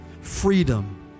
Freedom